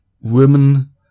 women